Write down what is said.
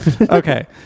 okay